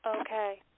Okay